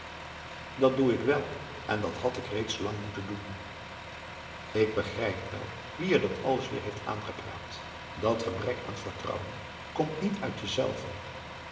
dat doe ik wel en dat had ik reeds lang moeten doen ik begrijp wel wie je dat alles weer heeft aangepraat dat gebrek aan vertrouwen komt niet uit